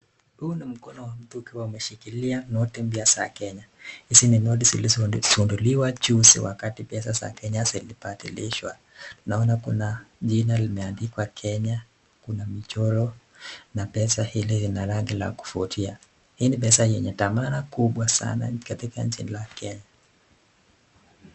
Huu ni mkono wa mtu akiwa ameshikilia noti mpya za kenya. Hizi ni noti zilizosunduliwa juzi wakati pesa za kenya zilibadilishwa naona kuna jina limeandikwa kenya, kuna michoro na pesa hili linarangi la kuvutia, hii ni pesa yenye dhamana kubwa sana katika nchi la Kenya.